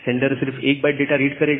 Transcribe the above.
sender सिर्फ 1 byte data send करेगा